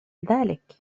ذلك